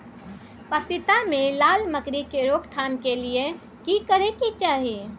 पपीता मे लाल मकरी के रोक थाम के लिये की करै के चाही?